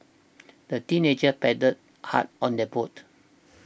the teenagers paddled hard on their boat